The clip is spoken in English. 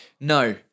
No